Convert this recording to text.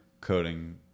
coding